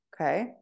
okay